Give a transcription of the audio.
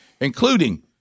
including –